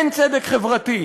אין צדק חברתי,